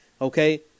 okay